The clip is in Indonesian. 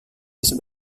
bisa